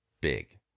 big